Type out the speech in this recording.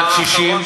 לקשישים.